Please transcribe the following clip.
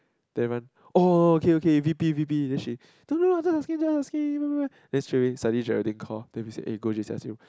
then everyone oh okay okay V_P V_P then she don't know ah just asking just asking (blah blah blah) then straight away suddenly Geraldine call then we say eh go just ask him